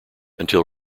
until